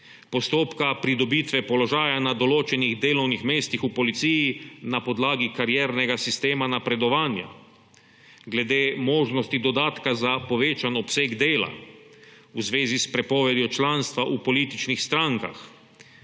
postopka pridobitve položaja na določenih delovnih mestih v policiji na podlagi kariernega sistema napredovanja, glede možnosti dodatka za povečan obseg dela, v zvezi s prepovedjo članstva v političnih strankah